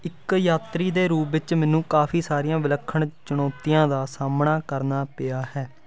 ਇੱਕ ਯਾਤਰੀ ਦੇ ਰੂਪ ਵਿੱਚ ਮੈਨੂੰ ਕਾਫੀ ਸਾਰੀਆਂ ਵਿਲੱਖਣ ਚੁਣੌਤੀਆਂ ਦਾ ਸਾਹਮਣਾ ਕਰਨਾ ਪਿਆ ਹੈ